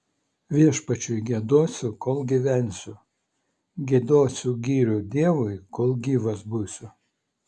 viešpačiui giedosiu kol gyvensiu giedosiu gyrių dievui kol gyvas būsiu